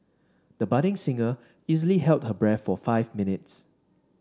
the budding singer easily held her breath for five minutes